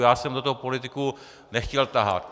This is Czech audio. Já jsem do toho politiku nechtěl tahat.